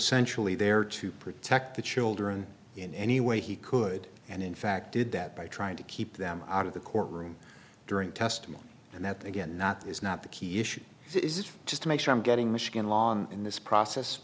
essentially there to protect the children in any way he could and in fact did that by trying to keep them out of the courtroom during testimony and that again not is not the key issue is it just to make sure i'm getting michigan law on in this process